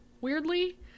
weirdly